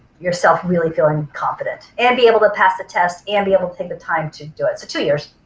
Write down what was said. yourself really feeling confident and be able to pass the test and be able to take the time to do it, so two years.